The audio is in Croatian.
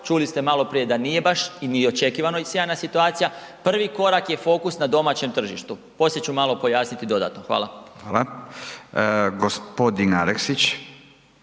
čuli ste maloprije da nije baš ni očekivano sjajna situacija, prvi korak je fokus na domaćem tržištu. Poslije ću malo pojasniti dodatno. Hvala. **Radin, Furio